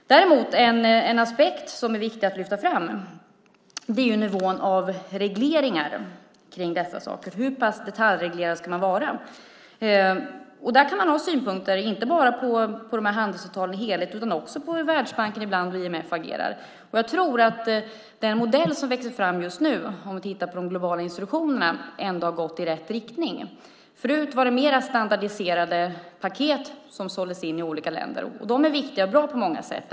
En aspekt som är viktig att lyfta fram är ju nivån av regleringar av detta. Hur detaljreglerad ska man vara? Man kan ha synpunkter, inte bara på handelsavtalen utan också på hur Världsbanken och ibland IMF agerar. Jag tror att den modell som växer fram just nu ändå har gått i rätt riktning, om vi tittar på de globala institutionerna. Förut var det mer standardiserade paket som såldes in i olika länder. De är viktiga och bra på många sätt.